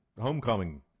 homecoming